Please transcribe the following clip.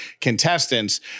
contestants